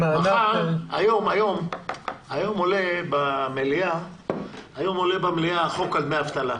היום עולה במליאה החוק על דמי אבטלה.